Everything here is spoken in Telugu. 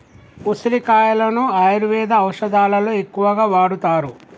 ఉసిరికాయలను ఆయుర్వేద ఔషదాలలో ఎక్కువగా వాడుతారు